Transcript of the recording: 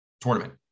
tournament